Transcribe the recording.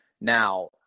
Now